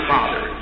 Father